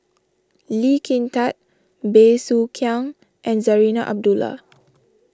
Lee Kin Tat Bey Soo Khiang and Zarinah Abdullah